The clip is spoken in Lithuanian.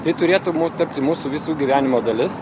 tai turėtų mu tapti mūsų visų gyvenimo dalis